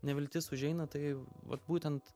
neviltis užeina tai vat būtent